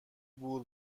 بور